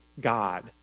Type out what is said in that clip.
God